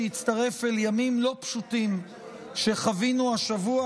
שהצטרף אל ימים לא פשוטים שחווינו השבוע,